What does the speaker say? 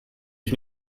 ich